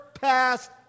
passed